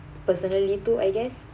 personally too I guess